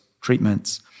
treatments